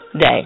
day